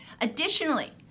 Additionally